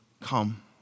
come